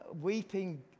weeping